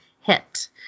hit